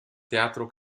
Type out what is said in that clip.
teatro